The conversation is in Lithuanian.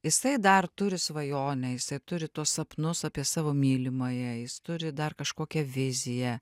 jisai dar turi svajonę jisai turi tuos sapnus apie savo mylimąją jis turi dar kažkokią viziją